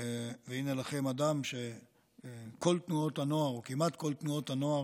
הינה לכם אדם שכל תנועות הנוער או כמעט כל תנועות הנוער,